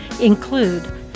include